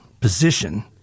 position